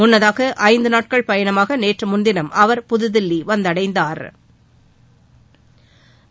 முன்னதாக ஐந்து நாள் பயணமாக நேற்று முன்தினம் அவர் புதுதில்லி வந்தடைந்தாா்